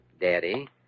Daddy